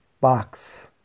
box